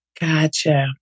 Gotcha